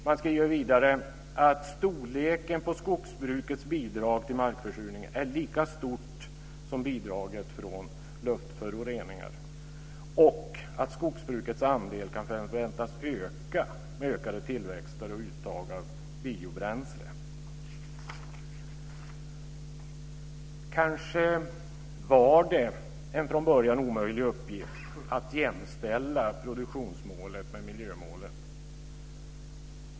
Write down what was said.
Man skriver vidare att skogsbrukets bidrag till markförsurningen är lika stort som bidraget från luftföroreningar och att skogsbrukets andel kan förväntas öka med ökad tillväxt och ökat uttag av biobränsle. Kanske var det en från början omöjlig uppgift att jämställa produktionsmålet med miljömålet.